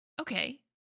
okay